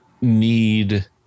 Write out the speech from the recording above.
need